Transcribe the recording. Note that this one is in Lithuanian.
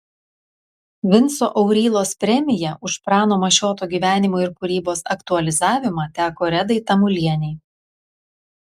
vinco aurylos premija už prano mašioto gyvenimo ir kūrybos aktualizavimą teko redai tamulienei